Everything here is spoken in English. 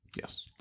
Yes